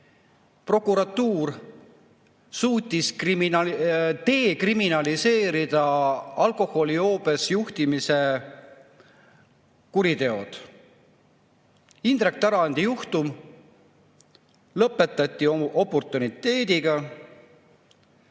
prokuratuur suutis dekriminaliseerida alkoholijoobes juhtimise kuriteod. Indrek Tarandi juhtum lõpetati kriminaalmenetluses